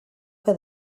que